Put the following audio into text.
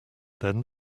then